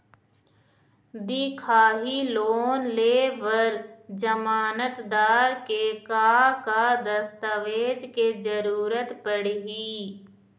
दिखाही लोन ले बर जमानतदार के का का दस्तावेज के जरूरत पड़ही?